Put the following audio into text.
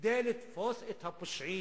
כדי לתפוס את הפושעים,